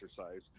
exercise